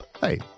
Hey